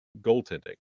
goaltending